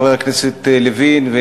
חבר הכנסת לוין,